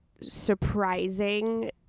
surprising